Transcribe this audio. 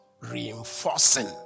reinforcing